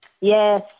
Yes